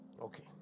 okay